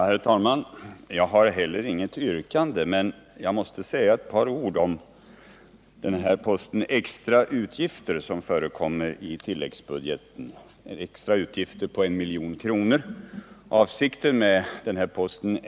Herr talman! Jag har heller inget yrkande, men jag måste säga ett par ord om posten Extra utgifter på 1 milj.kr. som förekommer i tilläggsbudgeten.